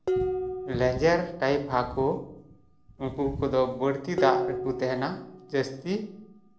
ᱞᱮᱸᱧᱡᱮᱨ type ᱦᱟᱹᱠᱩ ᱩᱱᱠᱩ ᱠᱚᱫᱚ ᱵᱟᱹᱲᱛᱤ ᱫᱟᱜ ᱨᱮᱠᱚ ᱛᱟᱦᱮᱱᱟ ᱡᱟᱹᱥᱛᱤ